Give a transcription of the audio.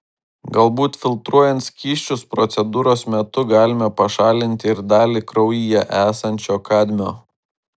galbūt filtruojant skysčius procedūros metu galime pašalinti ir dalį kraujyje esančio kadmio